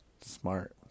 smart